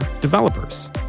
developers